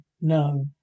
no